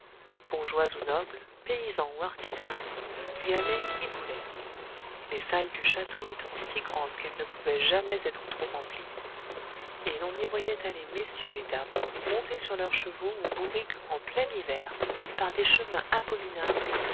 bourgeois ou nobles paysans ou artisans y allait qui voulait les salles du château étant si grandes qu'elles ne pouvaient jamais être trop remplies et l'on y voyait aller messieurs et dames montés sur leurs chevaux ou bourriques en plein hiver par des chemins abominables